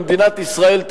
במדינת ישראל,